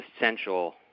essential